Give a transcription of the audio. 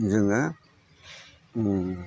जोङो